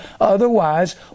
otherwise